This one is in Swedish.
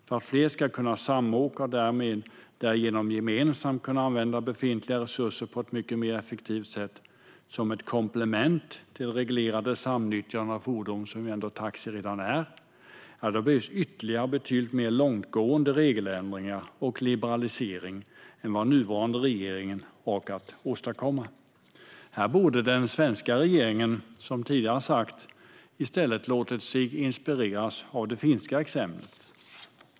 För att fler ska kunna samåka och därigenom gemensamt kunna använda befintliga resurser på ett mer effektivt sätt, som ett komplement till det reglerade samnyttjande av fordon som taxi ändå redan är, behövs ytterligare och betydligt mer långtgående regeländringar och liberalisering än nuvarande regering har orkat åstadkomma. Den svenska regeringen borde, vilket tidigare sagts, i stället ha låtit sig inspireras av det finska exemplet.